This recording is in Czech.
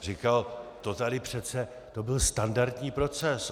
Říkal: To tady přece, to byl standardní proces.